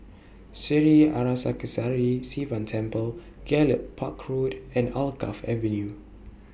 Sri Arasakesari Sivan Temple Gallop Park Road and Alkaff Avenue